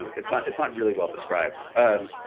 um it's ah it's not really well described. um